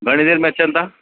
घणी देर में अचनि था